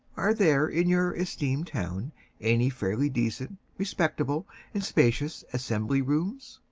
are there in your esteemed town any fairly decent, respectable and spacious assembly-rooms?